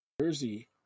jersey